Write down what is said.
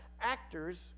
actors